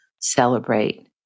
celebrate